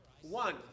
One